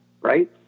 right